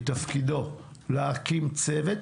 מתפקידו להקים צוות,